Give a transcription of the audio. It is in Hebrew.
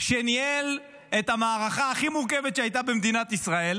שניהל את המערכה הכי מורכבת שהייתה במדינת ישראל,